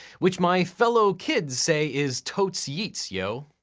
which my fellow kids say is totes yeet yo!